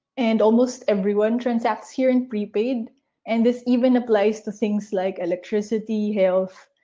and almost everyone transacts here in prepaid and this even applies to things like electricity, health,